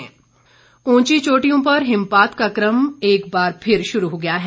मौसम ऊंची चोटियों पर हिमपात का क्रम एक बार फिर शुरू हो गया है